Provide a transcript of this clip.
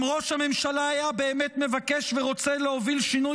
אם ראש הממשלה היה באמת מבקש ורוצה להוביל שינוי